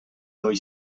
noi